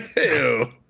ew